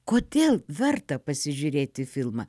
kodėl verta pasižiūrėti filmą